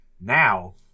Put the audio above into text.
now